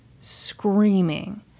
screaming